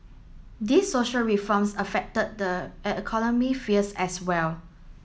these social reforms affected the economic as well